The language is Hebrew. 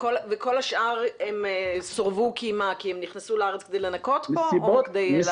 וכל השאר סורבו כי הן נכנסו לארץ כדי לנקות פה או כדי לעבוד פה?